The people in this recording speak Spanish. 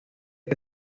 que